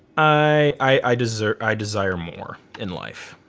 i desire i desire more in life.